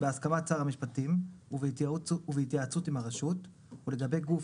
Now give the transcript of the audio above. בהסכמת שר המשפטים ובהתייעצות עם הרשות או בידי גוף